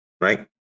right